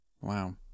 Wow